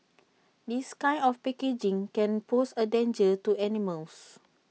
this kind of packaging can pose A danger to animals